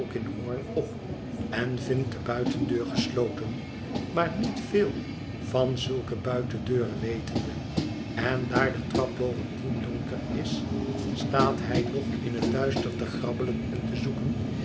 op én vindt de buitendeur gesloten maar niet veel van zulke buitendeuren wetende en daar de trap bovendien donker is staat hij nog in het duister te grabbelen en te zoeken